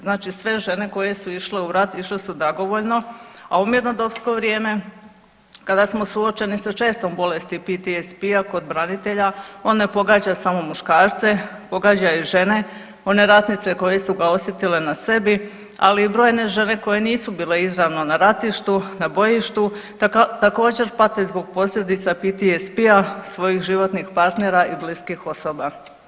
Znači sve žene koje su išle u rat išle su dragovoljno, a u mirnodopsko vrijeme kada smo suočeni sa čestom bolesti PTSP-a kod branitelja on ne pogađa samo muškarce, pogađa i žene, one ratnice koje su ga osjetile na sebi, ali i brojne žene koje nisu bile izravno na ratištu, na bojištu također pate zbog posljedica PTSP-a svojih životnih partnera i bliskih osoba.